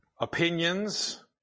opinions